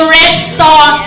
restore